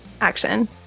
action